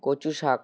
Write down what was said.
কচু শাক